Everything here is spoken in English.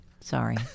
Sorry